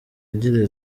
agira